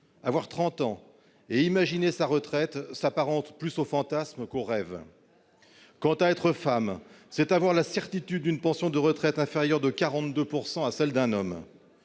À 30 ans, imaginer sa retraite s'apparente plus au fantasme qu'au rêve. Être une femme, c'est avoir la certitude d'une pension de retraite inférieure de 42 % à celle d'un homme.